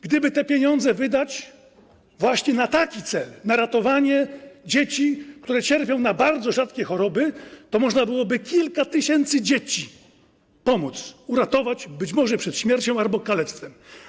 Gdyby te pieniądze wydać na taki właśnie cel, na ratowanie dzieci, które cierpią na bardzo rzadkie choroby, to można by kilka tysięcy dzieci pomóc uratować, być może przed śmiercią albo kalectwem.